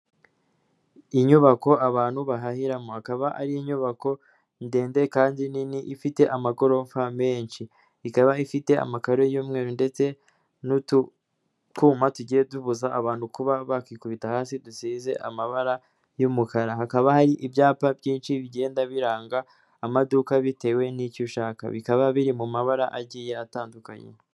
Inyubako abantu bahahiramo, akaba ari inyubako ndende kandi nini ifite amagorofa menshi, ikaba ifite amakaro y'umweru ndetse n'utwuma tugiye dubuza abantu kuba bakikubita hasi dusize amabara y'umukara, hakaba hari ibyapa byinshi bigenda biranga amaduka bitewe n'icyo ushaka, bikaba biri mu mabara agiye atandukanye.